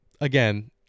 Again